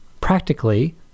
practically